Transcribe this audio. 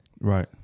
right